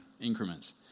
increments